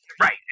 right